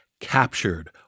captured